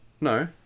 No